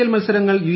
L മത്സരങ്ങൾ U